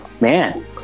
man